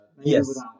Yes